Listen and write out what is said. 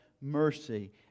mercy